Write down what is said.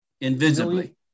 invisibly